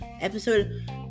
episode